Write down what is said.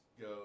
go